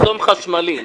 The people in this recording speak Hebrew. מחסום חשמלי.